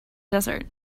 desert